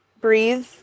breathe